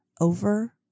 over